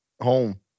home